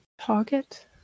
target